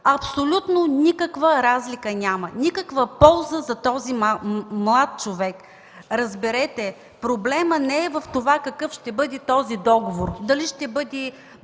Абсолютно никаква разлика няма! Никаква полза за този млад човек. Разберете, проблемът не е в това какъв ще бъде този договор – дали ще бъде